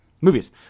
movies